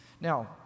Now